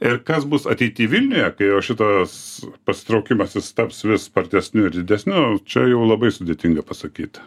ir kas bus ateity vilniuje kai o šitas pasitraukimas jis taps vis spartesniu didesniu čia jau labai sudėtinga pasakyt